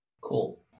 Cool